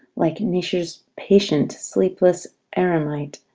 like nature's patient, sleepless eremite,